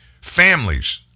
Families